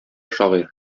шагыйрь